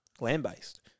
land-based